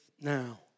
now